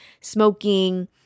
smoking